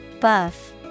Buff